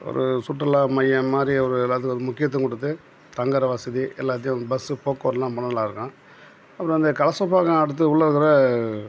ஒரு சுற்றுலா மையம் மாதிரி ஒரு இடத்துல முக்கியத்துவம் கொடுத்து தங்குற வசதி எல்லாத்தையும் பஸ்ஸு போக்குவரத்துலாம் போனால் நல்லாயிருக்கும் அப்றம் இந்த கலசப்பாக்கம் அடுத்து உள்ளே இருக்கிற